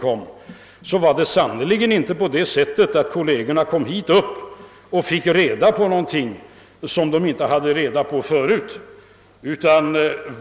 Det var sannerligen inte så, att kollegerna kom hit och fick reda på någonting som de inte kände till förut.